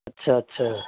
اچھا اچھا